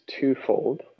twofold